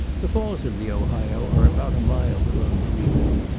the falls of the ohio are about a mile below louisville,